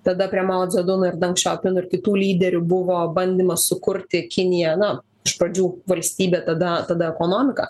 tada prie mao dzeduno ir dank šio pino ir kitų lyderių buvo bandymas sukurti kiniją na iš pradžių valstybė tada tada ekonomika